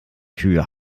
kühe